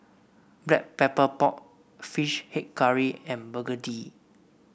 Black Pepper Pork fish head curry and begedil